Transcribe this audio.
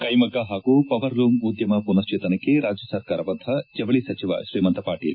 ಕೈ ಮಗ್ಗ ಪಾಗೂ ಪವರ್ ಲೂಮ್ ಉದ್ಭಮ ಮನಶ್ವೇತನಕ್ಕೆ ರಾಜ್ಯ ಸರ್ಕಾರ ಬದ್ಧ ಜವಳಿ ಸಜಿವ ಶ್ರೀಮಂತ ಪಾಟೀಲ್